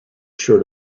sure